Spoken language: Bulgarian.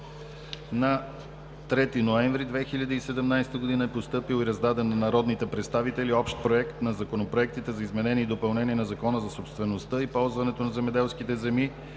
На 3 ноември 2017 г. е постъпил и е раздаден на народните представители Общ проект на законопроектите за изменение и допълнение на Закона за собствеността и ползването на земеделските земи,